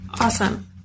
Awesome